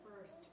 first